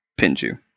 Pinju